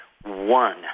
one